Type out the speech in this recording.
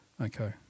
Okay